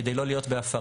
כדי לא להיות בהפרה.